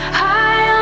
high